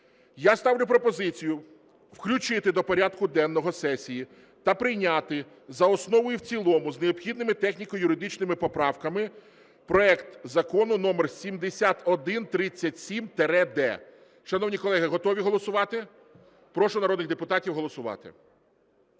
Я ставлю пропозицію включити до порядку денного сесії та прийняти за основу і в цілому з необхідними техніко-юридичними поправками проект Закону №7137-д. Шановні колеги, готові голосувати? Прошу народних депутатів голосувати.